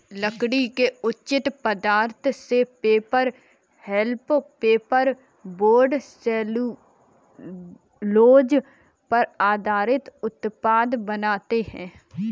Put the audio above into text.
लकड़ी के कच्चे पदार्थ से paper, pulp, paper board, cellulose पर आधारित उत्पाद बनाते हैं